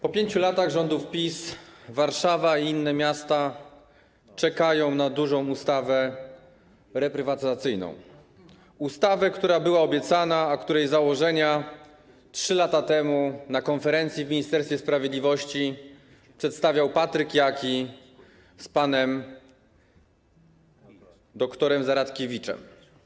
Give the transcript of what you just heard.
Po 5 latach rządów PiS Warszawa i inne miasta czekają na dużą ustawę reprywatyzacyjną, ustawę, która była obiecana, a której założenia 3 lata temu na konferencji w Ministerstwie Sprawiedliwości przedstawiał Patryk Jaki z panem dr. Zaradkiewiczem.